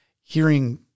hearing